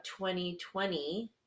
2020